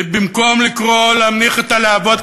ובמקום לקרוא להנמיך את הלהבות,